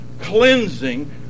cleansing